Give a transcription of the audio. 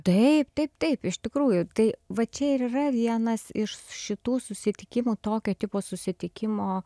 taip taip taip iš tikrųjų tai va čia ir yra vienas iš šitų susitikimų tokio tipo susitikimo